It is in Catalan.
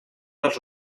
dels